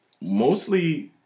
mostly